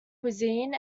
cuisine